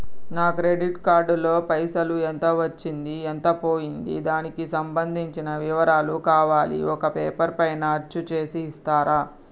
నా credit card లో పైసలు ఎంత వచ్చింది ఎంత పోయింది దానికి సంబంధించిన వివరాలు కావాలి ఒక పేపర్ పైన అచ్చు చేసి ఇస్తరా?